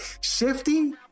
shifty